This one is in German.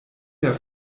der